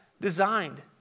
designed